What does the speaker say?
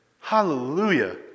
Hallelujah